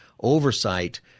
oversight